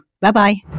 Bye-bye